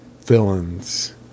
villains